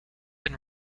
been